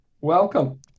welcome